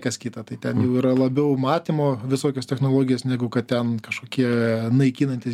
kas kita tai ten jau yra labiau matymo visokios technologijos negu kad ten kažkokie naikinantys